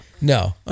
No